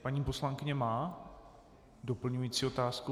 Paní poslankyně má doplňující otázku.